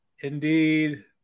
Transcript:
indeed